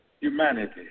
humanity